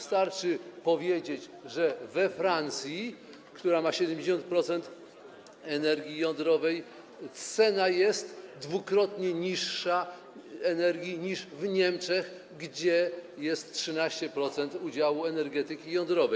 Starczy powiedzieć, że we Francji, która ma 70% energii jądrowej, cena energii jest dwukrotnie niższa niż w Niemczech, gdzie jest 13% udziału energetyki jądrowej.